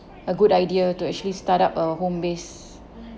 a good idea to actually start up a home-based